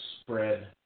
spread